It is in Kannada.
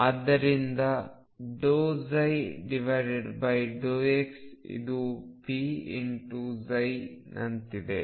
ಆದ್ದರಿಂದ ∂ψ ∂x ಇದು p×ψ ನಂತಿದೆ